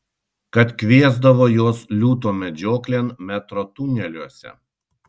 kad kviesdavo juos liūto medžioklėn metro tuneliuose